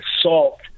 assault